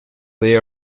they